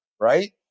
right